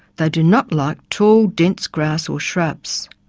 they do not like tall, dense grass or shrubs.